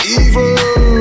evil